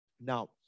Now